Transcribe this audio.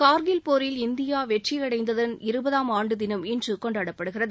கார்கில் போரில் இந்தியா வெற்றியடைந்ததன் இருபதாம் ஆண்டு தினம் இன்று கொண்டாடப்படுகிறது